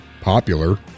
popular